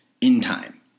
InTime